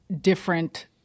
different